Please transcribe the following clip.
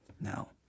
No